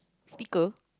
speaker